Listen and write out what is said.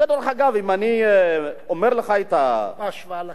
איך זה בהשוואה לכלל?